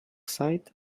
sight